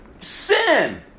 sin